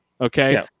Okay